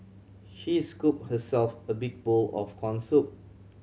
she scooped herself a big bowl of corn soup